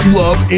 love